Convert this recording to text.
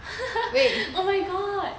oh my god